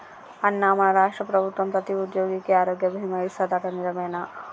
అన్నా మన రాష్ట్ర ప్రభుత్వం ప్రతి ఉద్యోగికి ఆరోగ్య బీమా ఇస్తాదట నిజమేనా